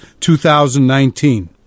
2019